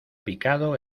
picado